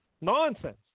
Nonsense